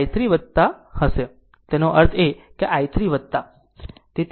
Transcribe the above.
હવે તેથી i 3 હશે તેનો અર્થ છે i 3